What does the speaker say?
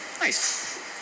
Nice